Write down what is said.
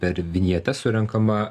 per vinjetes surenkama